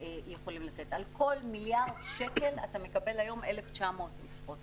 על כל מיליארד שקל אתה מקבל היום 1,900 משרות.